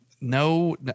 No